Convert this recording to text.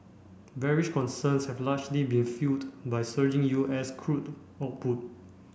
bearish concerns have largely been fuelled by surging U S crude output